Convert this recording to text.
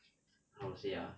how to say ah